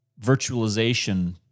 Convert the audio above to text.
virtualization